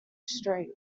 street